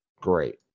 Great